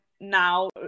now